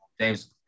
James